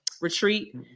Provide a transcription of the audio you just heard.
retreat